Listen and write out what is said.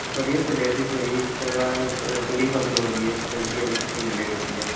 ਵਧੀਆ ਚਲਿਆ ਕਰਦੀ ਭਾਅ ਜੀ ਚੰਗਾ ਚੰਗੀ ਫ਼ਸਲ ਹੋ ਰਹੀ ਹੈ ਚੰਗੀ ਐੱਮ ਐੱਸ ਪੀ ਮਿਲਿਆ ਕਰਦੀ ਹੈ